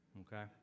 Okay